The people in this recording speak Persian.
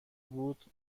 بود